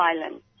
violence